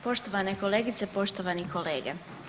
Poštovane kolegice, poštovani kolege.